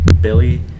Billy